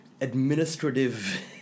administrative